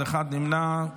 נמנע.